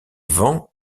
vents